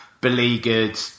beleaguered